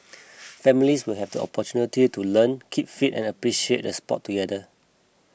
families will have the opportunity to learn keep fit and appreciate the sport together